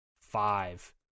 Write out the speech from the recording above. five